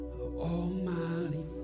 Almighty